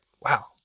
wow